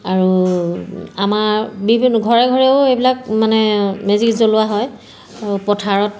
আৰু আমাৰ বিভিন্ন ঘৰে ঘৰেও এইবিলাক মানে মেজিক জ্বলোৱা হয় আৰু পথাৰত